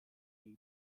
nire